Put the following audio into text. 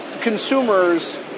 Consumers